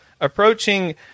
approaching